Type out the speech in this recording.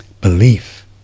Belief